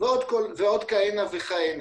ועוד כהנה וכנהנה.